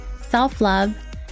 self-love